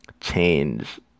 change